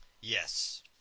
Yes